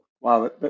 Wow